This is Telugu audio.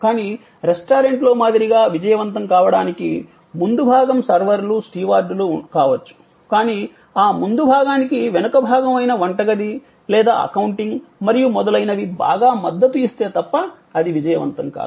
కానీ రెస్టారెంట్లో మాదిరిగా విజయవంతం కావడానికి ముందు భాగం సర్వర్లు స్టీవార్డులు కావచ్చు కానీ ఆ ముందు భాగానికి వెనుక భాగం అయిన వంటగది లేదా అకౌంటింగ్ మరియు మొదలైనవి బాగా మద్దతు ఇస్తే తప్ప అది విజయవంతం కాదు